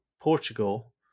Portugal